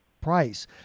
price